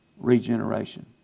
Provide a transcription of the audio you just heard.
regeneration